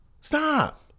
Stop